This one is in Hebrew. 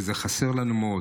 וזה חסר לנו מאוד.